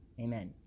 amen